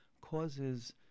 causes